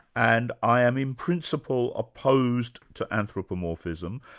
and i am in principle opposed to anthropomorphism,